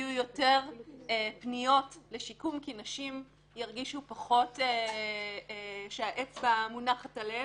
יהיו יותר פניות לשיקום כי נשים ירגישו פחות שהאצבע מונחת עליהן.